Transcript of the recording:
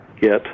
get